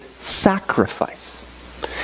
sacrifice